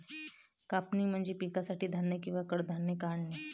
कापणी म्हणजे पिकासाठी धान्य किंवा कडधान्ये काढणे